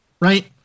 Right